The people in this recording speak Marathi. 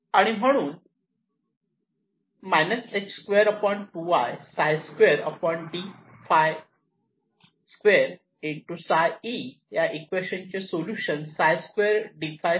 आणि म्हणून या इक्वेशन चे सोल्युशन हे असे आहे